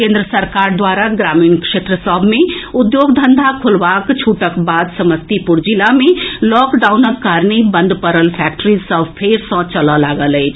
केन्द्र सरकार द्वारा ग्रामीण क्षेत्र सभ मे उद्योग धंधा खोलबाक छूटक बाद समस्तीपुर जिला मे लॉकडाउनक कारणे बंद पड़ल फैक्टरी सभ फेर सँ चलय लागल अछि